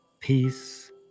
peace